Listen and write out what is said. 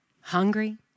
Hungry